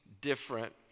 different